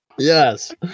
Yes